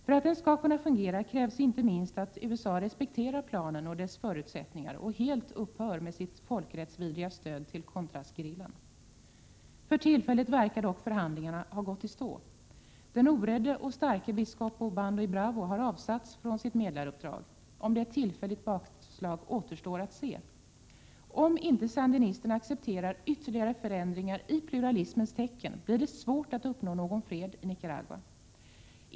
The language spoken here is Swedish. För att den skall kunna fungera krävs inte minst att USA respekterar planen och dess förutsättningar och helt upphör med sitt folkrättsvidriga stöd till contrasgerillan. För tillfället verkar förhandlingarna dock ha gått i stå. Den orädde och starke biskopen Obando y Bravo har avsatts från sitt medlaruppdrag. Om det är ett tillfälligt bakslag återstår att se. Om inte sandinisterna accepterar ytterligare förändringar i pluralismens tecken, blir det svårt att uppnå någon fred i Nicaragua.